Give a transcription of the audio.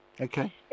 okay